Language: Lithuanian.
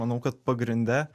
manau kad pagrinde